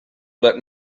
let